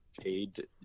paid